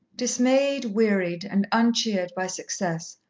dismayed, wearied, and uncheered by success,